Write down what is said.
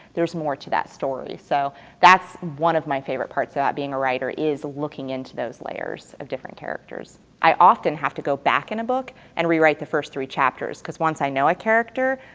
there's more to that story, so that's one of my favorite parts about being a writer is looking into those layers of different characters. i often have to go back in a book and rewrite the first three chapters, because once i know a character,